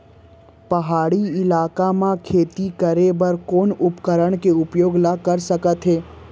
पहाड़ी इलाका म खेती करें बर कोन उपकरण के उपयोग ल सकथे?